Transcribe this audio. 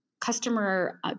customer